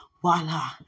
Voila